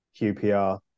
QPR